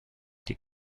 die